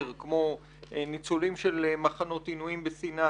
כמו ניצולים של מחנות עינויים בסיני,